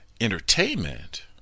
entertainment